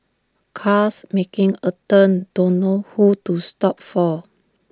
cars making A turn don't know who to stop for